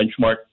benchmark